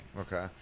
Okay